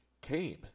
came